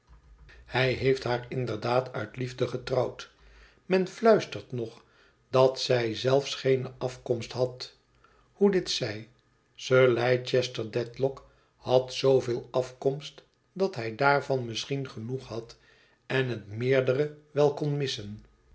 hij heeft haar inderdaad uit liefde getrouwd men fluistert nog dat zij zelfs geene afkomst had hoe dit zij sir leicester dedlock had zooveel afkomst dat hij daarvan misschien genoeg had en het meerdere wel kon missen